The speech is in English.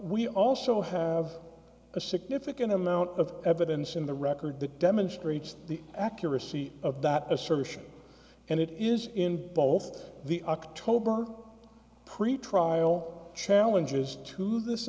we also have a significant amount of evidence in the record that demonstrates the accuracy of that assertion and it is in both the october pretrial challenges to this